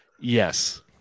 yes